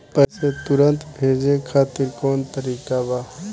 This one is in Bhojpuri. पैसे तुरंत भेजे खातिर कौन तरीका बा?